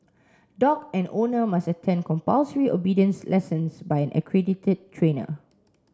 dog and owner must attend compulsory obedience lessons by an accredited trainer